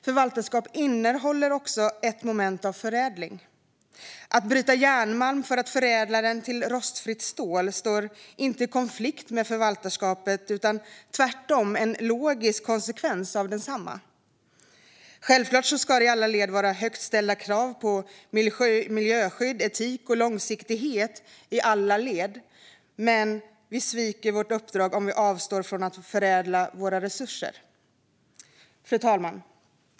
Förvaltarskap innehåller också ett moment av förädling. Att bryta järnmalm för att förädla den till rostfritt stål står inte i konflikt med förvaltarskapet utan är tvärtom en logisk konsekvens av detsamma. Självklart ska det i alla led vara högt ställda krav på miljöskydd, etik och långsiktighet, men vi sviker vårt uppdrag om vi avstår från att förädla våra resurser. Fru talman!